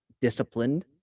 disciplined